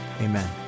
amen